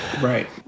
Right